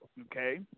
Okay